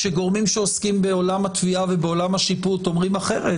כשגורמים שעוסקים בעולם התביעה ובעולם השיפוט אומרים אחרת,